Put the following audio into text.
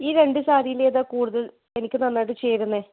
ഈ രണ്ട് സാരിയിലേതാണ് കൂടുതൽ എനിക്ക് നന്നായിട്ട് ചേരുന്നത്